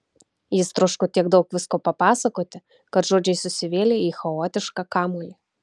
jis troško tiek daug visko papasakoti kad žodžiai susivėlė į chaotišką kamuolį